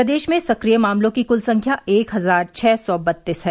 प्रदेश में सक्रिय मामलों की कुल संख्या एक हजार छ सौ बत्तीस है